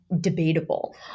debatable